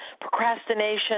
procrastination